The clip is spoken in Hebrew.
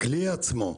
הכלי עצמו,